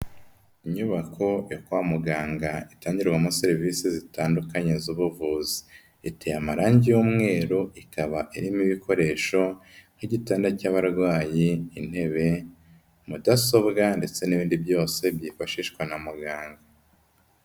Inyubako yo kwa muganga itangirwamo serivisi zitandukanye z'ubuvuzi. Iteye amarangi y'umweru, ikaba irimo ibikoresho nk'igitanda cy'abarwayi, intebe, mudasobwa ndetse n'ibindi byose byifashishwa na muganga.